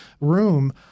room